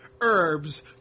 herbs